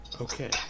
Okay